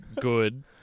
good